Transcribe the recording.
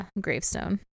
Gravestone